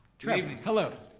trevor, hello